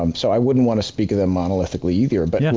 um so, i wouldn't want to speak of the monolithically either. and but, yeah